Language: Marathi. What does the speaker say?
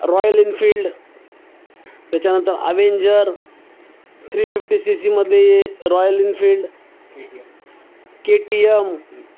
रॉयल इनफिल्ड त्याच्यानंतर अवेहेंजर थ्री फिफ्टी सी सीमध्ये Royal Enfield K T M